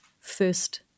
first